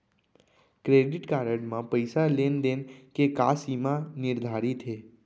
Credit card म पइसा लेन देन के का सीमा निर्धारित हे?